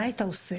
מה היית עושה?